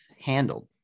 handled